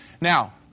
Now